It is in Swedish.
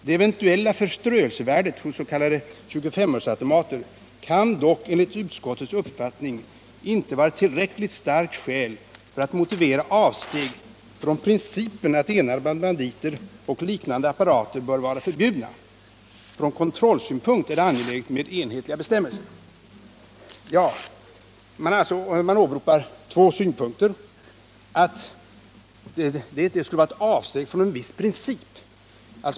Det eventuella förströelsevärdet hos s.k. 25-öresautomater kan dock enligt utskottets uppfattning inte vara ett tillräckligt starkt skäl för att motivera avsteg från principen att enarmade banditer och liknande apparater bör vara förbjudna. Från kontrollsynpunkt är det angeläget med enhetliga bestämmelser.” Utskottet åberopar alltså två synpunkter. Den ena handlar om att det skulle vara ett avsteg från en viss princip.